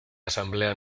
asamblea